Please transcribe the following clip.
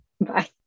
Bye